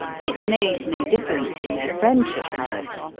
it made no difference in their friendship, however.